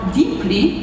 deeply